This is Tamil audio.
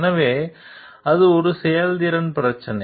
எனவே அது செயல்திறன் பிரச்சினை